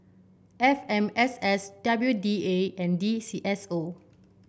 F M S S W D A and D C S O